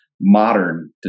modern